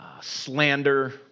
slander